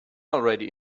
already